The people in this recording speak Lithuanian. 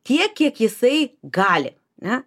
tiek kiek jisai gali ne